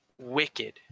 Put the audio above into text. wicked